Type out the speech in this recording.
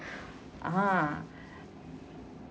ah